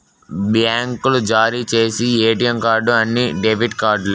బ్యాంకులు జారీ చేసి ఏటీఎం కార్డు అన్ని డెబిట్ కార్డులే